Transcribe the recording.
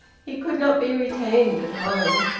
he could not be retained at home.